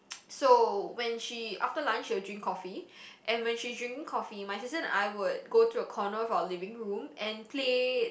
so when she after lunch she will drink coffee and when she is drinking coffee my sister and I would go to a corner of our living room and play